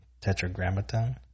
tetragrammaton